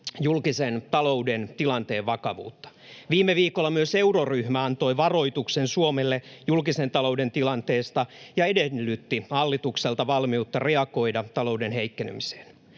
julkisen talouden tilanteen vakavuutta. Viime viikolla myös euroryhmä antoi varoituksen Suomelle julkisen talouden tilanteesta ja edellytti hallitukselta valmiutta reagoida talouden heikkenemiseen.